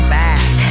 back